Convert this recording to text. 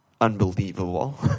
unbelievable